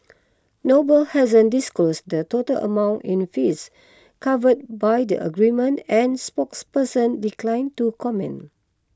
noble hasn't disclosed the total amount in fees covered by the agreement and spokesperson declined to comment